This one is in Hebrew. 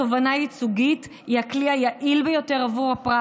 תובענה ייצוגית היא הכלי היעיל ביותר בעבור הפרט